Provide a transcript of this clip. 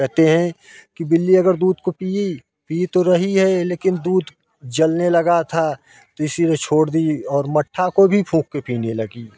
कहते हैं कि बिल्ली अगर दूध को पी पी तो रही है लेकिन दूध जलने लगा था तो इसीलिए छोड़ दी और मट्ठा को भी फूंक के पीने लगी